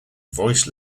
voice